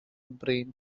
brain